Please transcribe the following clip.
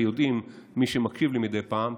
ויודע מי שמקשיב לי מדי פעם,